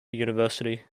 university